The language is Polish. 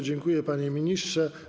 Dziękuję, panie ministrze.